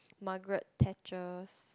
Margaret-Thatcher's